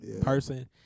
person